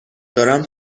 دارم